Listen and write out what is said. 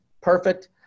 Perfect